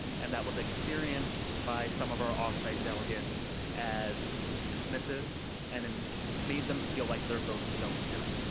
and that was experienced by some of our off-site delegates as dismissive and and made them feel like their votes don't counted